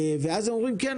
אז הם אומרים: כן,